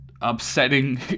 upsetting